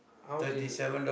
how much is it